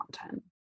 content